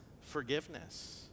forgiveness